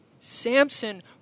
Samson